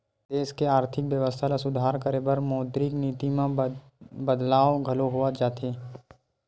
देस के आरथिक बेवस्था ल सुधार करे बर मौद्रिक नीति म बदलाव घलो होवत जाथे